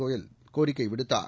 Goyal கோரிக்கைவிடுத்தார்